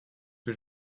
que